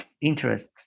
interests